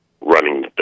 running